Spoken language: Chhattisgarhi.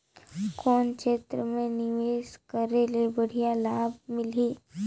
कौन क्षेत्र मे निवेश करे ले बढ़िया लाभ मिलही?